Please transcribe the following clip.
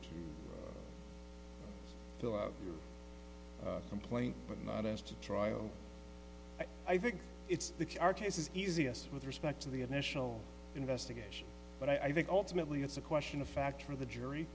to fill a complaint but not as to trial i think it's the case is easiest with respect to the initial investigation but i think ultimately it's a question of fact for the jury